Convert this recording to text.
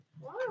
Wow